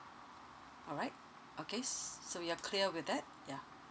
alright okay s~ so you're clear with that ya